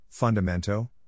Fundamento